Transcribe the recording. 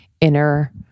inner